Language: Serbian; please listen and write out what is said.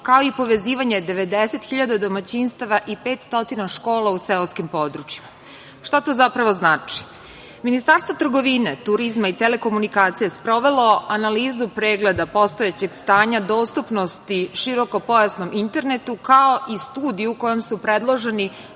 kao i povezivanje 90.000 domaćinstava i 500 škola u seoskim područjima. Šta to zapravo znači? Ministarstvo trgovine, turizma i telekomunikacija je sprovelo analizu pregleda postojećeg stanja dostupnosti širokopojasnom internetu, kao i studiju kojom su predloženi